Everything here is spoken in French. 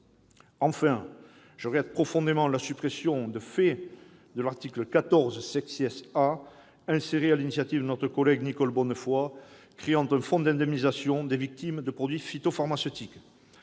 Enfin, je regrette profondément la suppression de fait de l'article 14 A, inséré sur l'initiative de notre collègue Nicole Bonnefoy et créant un fonds d'indemnisation des victimes des produits phytopharmaceutiques.